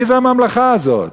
מי זה הממלכה הזאת?